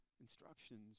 instructions